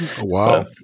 Wow